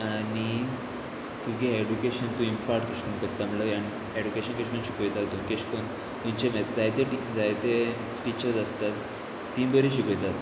आनी तुगे एडुकेशन तूं इमपार्ट कशें करता म्हळ्यार एडुकेशन कश कोन शिकयता तूं कश कोन तुंचे जायते जायते टिचर्स आसतात ती बरी शिकयतात